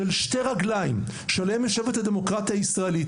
של שתי רגליים שעליהן יושבת הדמוקרטיה הישראלית,